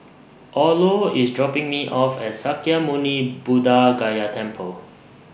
Orlo IS dropping Me off At Sakya Muni Buddha Gaya Temple